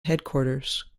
headquarters